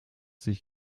sich